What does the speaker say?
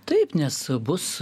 taip nes bus